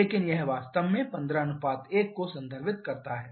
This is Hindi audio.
लेकिन यह वास्तव में 15 1 को संदर्भित करता है